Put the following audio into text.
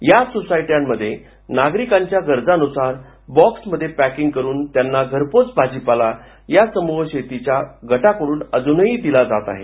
या सोसायट्यांमध्ये नागरिकांच्या गरजांनुसार बॉक्सतमध्ये पॅकिंग करून त्यांना घरपोच भाजीपाला या समूह शेती गटाकडून अजूनही दिला जात आहे